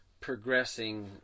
progressing